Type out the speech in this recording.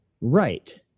right